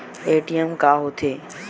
ATM का होथे?